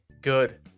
good